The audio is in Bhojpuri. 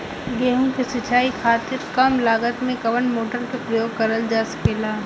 गेहूँ के सिचाई खातीर कम लागत मे कवन मोटर के प्रयोग करल जा सकेला?